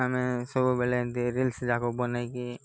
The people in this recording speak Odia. ଆମେ ସବୁବେଳେ ଏମିତି ରିଲ୍ସ ଯାକ ବନେଇକି